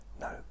No